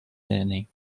learning